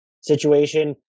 situation